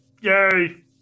yay